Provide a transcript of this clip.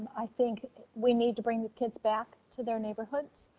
i think we need to bring the kids back to their neighborhoods.